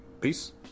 Peace